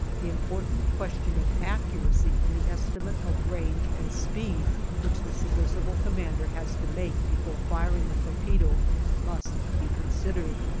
the important question of accuracy in the estimate of range and speed which the submersible commander has to make before firing the torpedo must be considered.